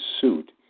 suit